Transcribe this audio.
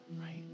Right